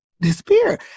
disappear